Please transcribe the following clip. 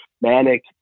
manic